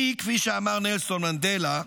כי, כפי שאמר נלסון מנדלה,